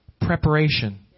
Preparation